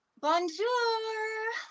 Bonjour